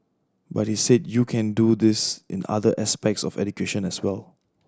but he said you can do this in other aspects of education as well